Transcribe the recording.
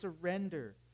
surrender